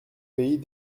pays